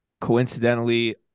Coincidentally